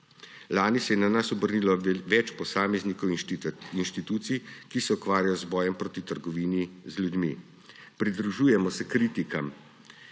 Lani se je na nas obrnilo več posameznikov, inštitucij, ki se ukvarjajo z bojem proti trgovini z ljudmi. Pridružujemo se kritikam